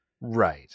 Right